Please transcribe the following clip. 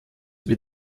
wie